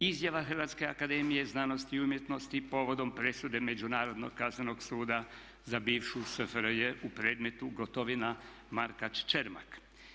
Izjava Hrvatske akademije znanosti i umjetnosti povodom presude Međunarodnog kaznenog suda za bivšu SFRJ u predmetu Gotovina – Markač – Čermak.